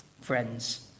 Friends